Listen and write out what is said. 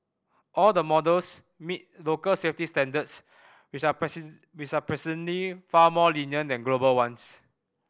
all the models meet local safety standards which are which are presently far more lenient than global ones